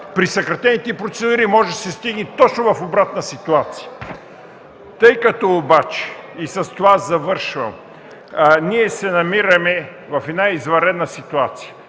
при съкратените процедури, може да се стигне точно в обратна ситуация. Тъй като обаче, и с това завършвам, ние се намираме в извънредна ситуация,